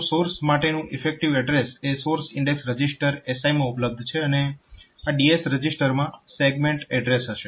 તો સોર્સ માટેનું effective address એ સોર્સ ઇન્ડેક્સ રજીસ્ટર SI માં ઉપલબ્ધ છે અને આ DS રજીસ્ટરમાં સેગમેન્ટ એડ્રેસ હશે